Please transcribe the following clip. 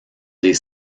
des